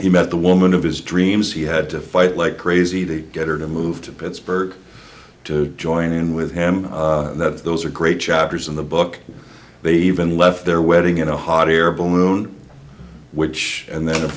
he met the woman of his dreams he had to fight like crazy the get her to move to pittsburgh to join in with him that those are great chapters in the book they even left their wedding in a hot air balloon which and then